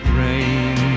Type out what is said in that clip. rain